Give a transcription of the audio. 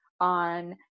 on